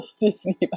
disney